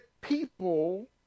people